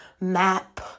map